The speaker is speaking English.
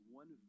one